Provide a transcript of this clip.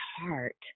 heart